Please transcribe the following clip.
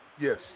Yes